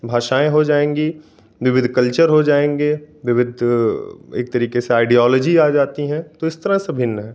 भाषाएँ हो जाएंगी विविध कल्चर हो जाएंगे विविध एक तरीके से आइडिऑलाजी आ जाती है तो इस तरह से भिन्न है